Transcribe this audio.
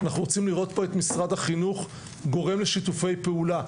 אנחנו רוצים לראות פה את משרד החינוך גורם לשיתופי פעולה.